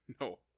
No